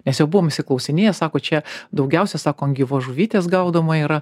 nes jau buvom išsiklausinėję sako čia daugiausiai sako ant gyvos žuvytės gaudoma yra